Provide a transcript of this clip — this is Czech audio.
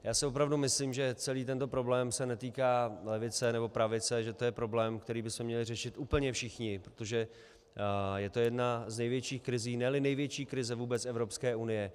Já si opravdu myslím, že celý tento problém se netýká levice nebo pravice, že to je problém, který bychom měli řešit úplně všichni, protože je to jedna z největších krizí, neli největší krize vůbec Evropské unie.